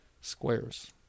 squares